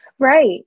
Right